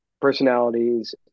personalities